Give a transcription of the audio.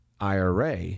IRA